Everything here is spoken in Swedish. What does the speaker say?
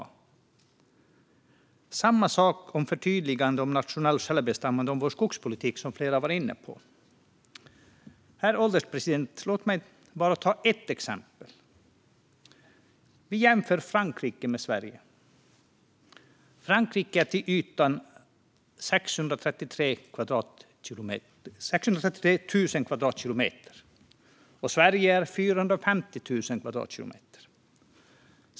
Detsamma gäller förtydliganden om nationellt självbestämmande om vår skogspolitik, som flera varit inne på. Herr ålderspresident! Låt mig ta bara ett exempel. Vi kan jämföra Frankrike med Sverige. Frankrike är till ytan 633 000 kvadratkilometer, och Sverige är 450 000 kvadratkilometer.